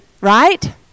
right